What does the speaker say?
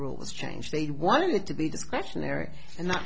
rules change they wanted to be discretionary and not